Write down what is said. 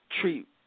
treat